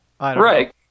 Right